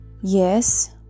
Yes